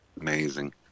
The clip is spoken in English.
amazing